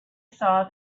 saw